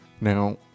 Now